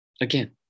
Again